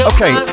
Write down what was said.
Okay